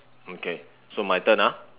okay so my turn ah